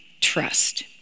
trust